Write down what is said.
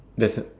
that's